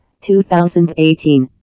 2018